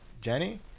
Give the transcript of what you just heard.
Jenny